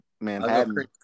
Manhattan